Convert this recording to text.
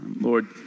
Lord